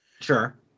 Sure